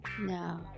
No